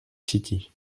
city